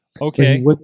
Okay